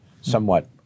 somewhat